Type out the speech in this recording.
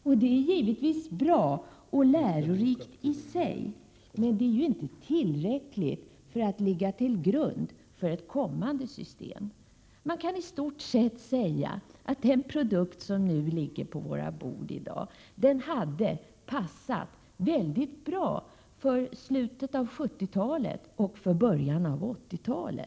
Betänkandet är givetvis bra och lärorikt i sig, men det är inte tillräckligt för att ligga till grund för ett kommande system. I stort kan man säga att den produkt som i dag ligger på våra bord hade passat väldigt bra i slutet av 70-talet och i början av 80-talet.